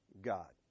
God